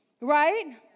Right